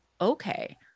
okay